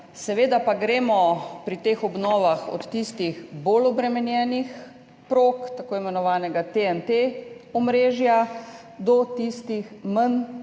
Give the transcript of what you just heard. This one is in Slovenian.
Seveda pa gremo pri teh obnovah od tistih bolj obremenjenih prog, tako imenovanega omrežja TNT, do tistih manj